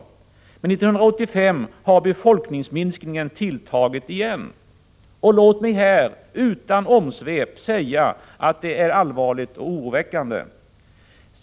Men 1985 har befolkningsminskningen tilltagit igen. Låt mig här utan omsvep säga att detta är allvarligt och oroväckande.